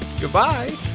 Goodbye